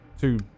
Two